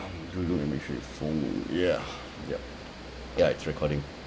ya yup ya it's recording